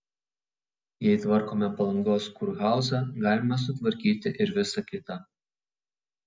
jei tvarkome palangos kurhauzą galime sutvarkyti ir visa kita